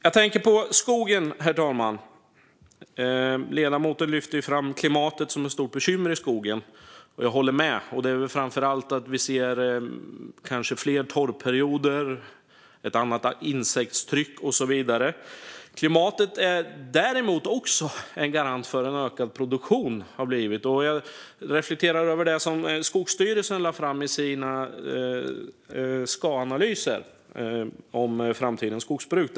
Jag tänker på skogen. Ledamoten lyfte ju fram klimatet som ett stort bekymmer i skogen. Jag håller med! Det är väl framför allt så att vi ser fler torrperioder, ett annat insektstryck och så vidare. Klimatet har däremot också blivit en garant för en ökad produktion. Jag reflekterar över det som Skogsstyrelsen lade fram i sina SKA-analyser om framtidens skogsbruk.